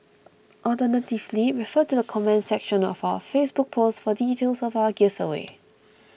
alternatively refer to the comments section of our Facebook post for details of our giveaway